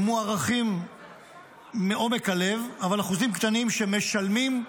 מוערכים מעומק הלב, אבל אחוזים קטנים שמשלמים,